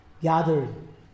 Gathering